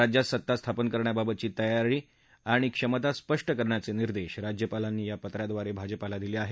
राज्यात सत्ता स्थापन करण्याबाबतची तयारी आणि क्षमता स्पष्ट करण्याचे निर्देश राज्यपालांनी या पत्राद्वारे भाजपला दिले आहेत